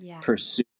pursue